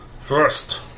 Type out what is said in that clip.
First